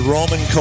Roman